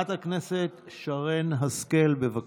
חברת הכנסת שרן השכל, בבקשה.